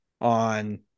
on